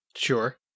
Sure